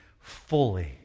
fully